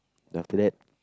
then after that